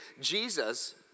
Jesus